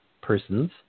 persons